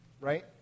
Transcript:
right